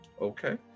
okay